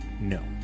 No